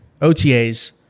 OTAs